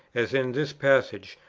as in this passage,